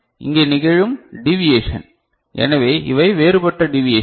இங்கே நிகழும் டீவியேஷன் இவை வேறுபட்ட டீவியேஷன்கள்